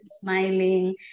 Smiling